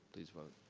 please vote,